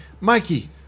Mikey